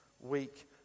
week